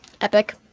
Epic